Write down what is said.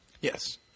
Yes